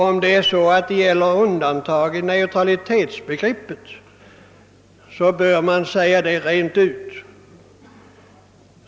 Om det gäller undantag från neutralitetsbegreppet, så bör man säga detta rent ut!